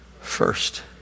First